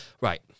right